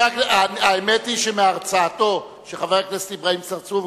האמת היא שמהרצאתו של חבר הכנסת אברהים צרצור,